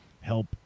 help